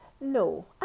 No